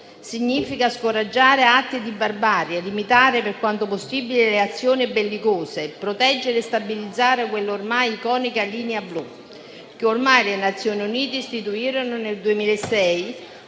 conflitto, scoraggiare atti di barbarie, limitare, per quanto possibile, reazioni bellicose, proteggere e stabilizzare quell'ormai iconica linea blu che le Nazioni Unite istituirono nel 2006